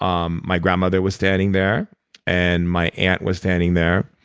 um my grandmother was standing there and my aunt was standing there.